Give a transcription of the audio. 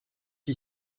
les